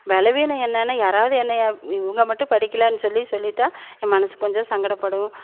பலவீனம் என்னன்னா யாராவது என்னை இவங்க மட்டும் படிக்கலன் சொல்லி சொல்லிவிட்டா என் மனது கொஞ்சம் சங்கடப்படும்